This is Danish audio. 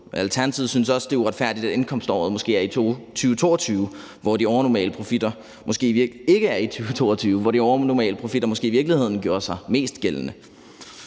Alternativet synes også, det er uretfærdigt, at indkomståret ikke er 2022, hvor de overnormale profitter måske i virkeligheden gjorde sig mest gældende.